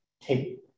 take